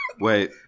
Wait